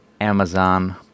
Amazon